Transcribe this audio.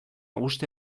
uste